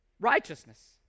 Righteousness